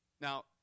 Now